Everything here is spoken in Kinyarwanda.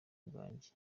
bwanjye